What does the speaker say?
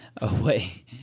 away